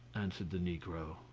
answered the negro.